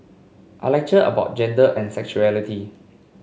I lecture about gender and sexuality